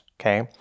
okay